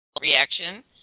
reaction